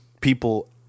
people